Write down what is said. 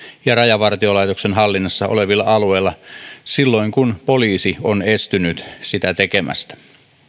ja rajavartiolaitoksen hallinnassa olevilla alueilla silloin kun poliisi on estynyt sitä tekemästä